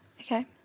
Okay